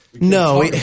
No